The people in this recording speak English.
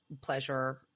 pleasure